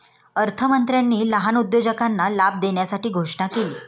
अर्थमंत्र्यांनी लहान उद्योजकांना लाभ देण्यासाठी घोषणा केली